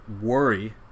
worry